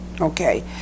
Okay